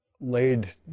laid